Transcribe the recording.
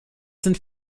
sind